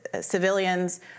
civilians